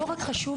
לא רק חשוב,